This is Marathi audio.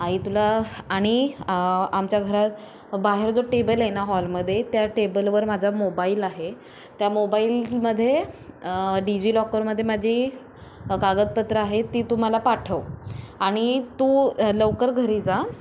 आई तुला आणि आमच्या घरात बाहेर जो टेबल आहे ना हॉलमध्ये त्या टेबलवर माझा मोबाईल आहे त्या मोबाईलमध्ये डिजिलॉकरमध्ये माझी कागदपत्रं आहे ती तू मला पाठव आणि तू लवकर अ घरी जा